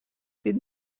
bin